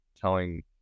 telling